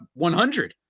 100